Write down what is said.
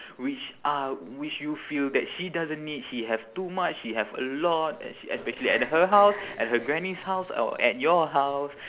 which uh which you feel that she doesn't need she have too much she have a lot e~ especially at her house at her granny's house or at your house